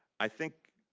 i think